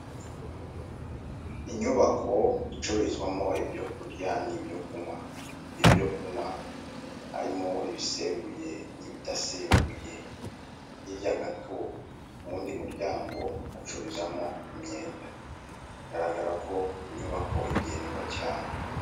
Inyubako icururizwamo ibyo kurya n'ibyo kunywa, ibyo kunywa, harimo ibisembuye, ibidasembuye, hirya gato hari uwundi muryango ucururizwamo imyenda biragaragara ko iyo nyubako igendwa cayne.